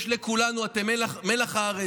יש לכולנו, אתם מלח הארץ.